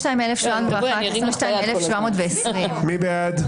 22,721 עד 22,740. מי בעד?